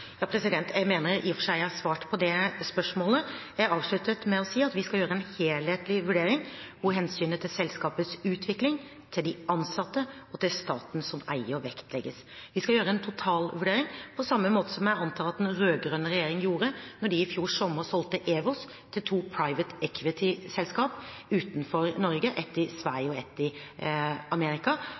Jeg mener i og for seg at jeg har svart på det spørsmålet. Jeg avsluttet med å si at vi skal gjøre en helhetlig vurdering, hvor hensynet til selskapets utvikling, til de ansatte og til staten som eier vektlegges. Vi skal gjøre en totalvurdering, på samme måte som jeg antar at den rød-grønne regjeringen gjorde da den i fjor sommer solgte Ewos til to «Private Equity»-selskaper utenfor Norge, et i Sverige og et i Amerika,